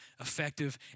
effective